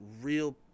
real